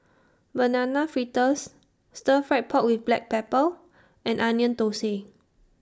Banana Fritters Stir Fried Pork with Black Pepper and Onion Thosai